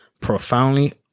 profoundly